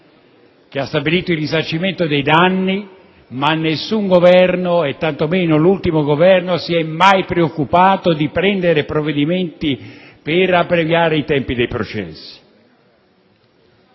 che ha stabilito il risarcimento dei danni, mentre nessun Governo - tantomeno l'ultimo - si è mai preoccupato di prendere provvedimenti per abbreviare i tempi dei processi.